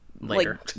Later